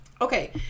Okay